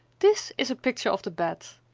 this is a picture of the bed!